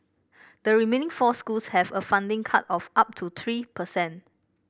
the remaining four schools have a funding cut of up to three per cent